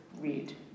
Read